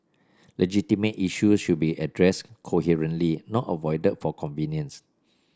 legitimate issues should be addressed coherently not avoided for convenience